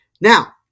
Now